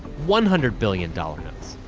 one hundred billion dollar notes.